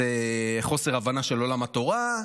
זה חוסר הבנה של עולם התורה,